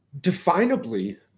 definably